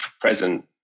present